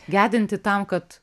gedinti tam kad